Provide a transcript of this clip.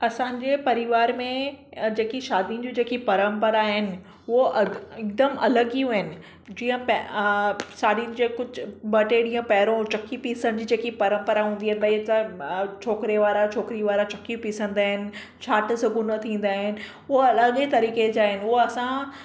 असांजे परिवार में जेकी शादियुनि जूं जेकी परंपरा आहिनि उहो अ हिकदमि अलॻियूं आहिनि जीअं पहि शादियुनि जे कुझु ॿ टे ॾींहुं पहिरियों चकी पीसणजी जेकी परंपरा हूंदी आहे भई सभु छोकिरेवारा छोकिरीवारा चकी पीसंदा आहिनि साठ सुॻुनि थींदा आहिनि उहे अलॻि ई तरीक़े जा आहिनि उहे असां